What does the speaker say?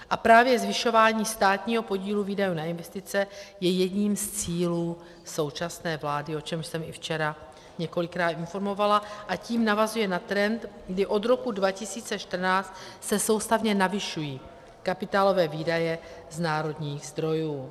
A právě zvyšování státního podílu výdajů na investice je jedním z cílů současné vlády, o čemž jsem i včera několikrát informovala, a tím navazuje na trend, kdy od roku 2014 se soustavně navyšují kapitálové výdaje z národních zdrojů.